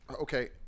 okay